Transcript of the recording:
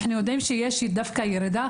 אנחנו יודעים שדווקא יש ירידה,